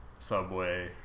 subway